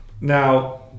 Now